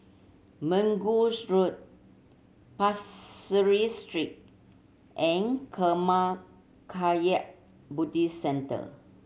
Mergui Road Pasir Ris Street and Karma Kagyud Buddhist Centre